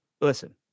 listen